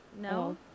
no